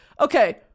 Okay